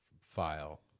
file